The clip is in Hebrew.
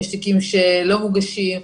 יש תיקים שלא מוגשים,